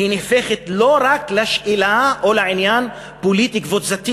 היא הופכת לא רק לשאלה או לעניין פוליטי-קבוצתי,